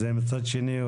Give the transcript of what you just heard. מצד שני,